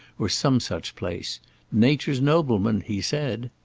or some such place nature's noblemen, he said.